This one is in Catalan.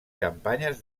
campanyes